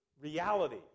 reality